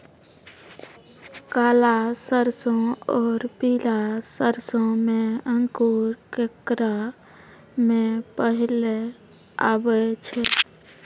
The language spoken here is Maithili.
काला सरसो और पीला सरसो मे अंकुर केकरा मे पहले आबै छै?